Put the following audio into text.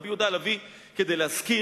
רבי יהודה הלוי, כדאי להזכיר,